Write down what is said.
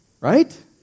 Right